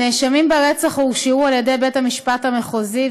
הנאשמים ברצח הורשעו על ידי בית-המשפט המחוזי,